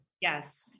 Yes